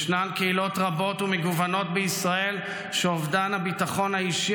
יש קהילות רבות ומגוונות בישראל שאובדן הביטחון האישי